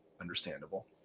understandable